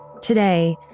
Today